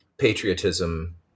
patriotism